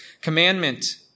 commandment